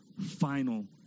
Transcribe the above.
final